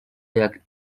jak